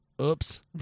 Oops